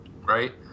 right